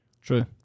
True